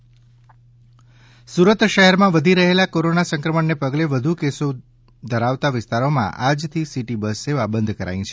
સુરત શહેરી બસ સેવા સુરત શહેરમાં વધી રહેલા કોરોના સંક્રમણને પગલે વધુ કેસો ધરાવતા વિસ્તારોમાં આજથી સિટી બસ સેવા બંધ કરાઇ છે